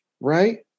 right